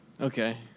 Okay